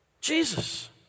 Jesus